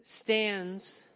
stands